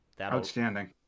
Outstanding